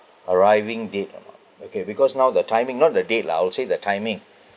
arriving date or not okay because now the timing not the date lah I would say the timing